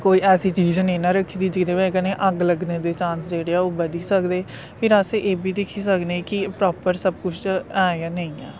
ऐसी चीज नी ना रक्खी दी जिदे वजह ने अग्ग लग्गने दे चांस जेह्ड़े ऐ ओह् बधी सकदे फिर अस एह्बी दिक्खी सकने कि प्रापर सब कुछ ऐ जां नेईं ऐ